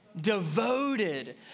devoted